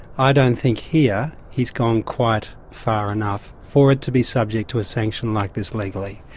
i don't think here he's gone quite far enough for it to be subject to a sanction like this legally.